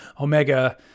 Omega